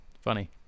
funny